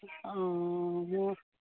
মোৰ